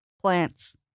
plants